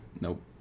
Nope